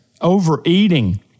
Overeating